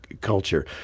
culture